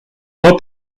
more